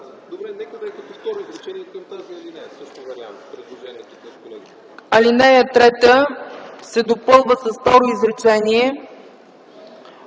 Алинея 3 се допълва с второ изречение,